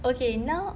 okay now